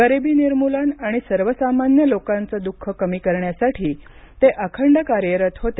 गरिबी निर्मुलन आणि सर्वसामान्य लोकांचं दुःख कमी करण्यासाठी ते अखंड कार्यरत होते